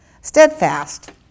Steadfast